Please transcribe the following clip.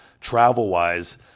travel-wise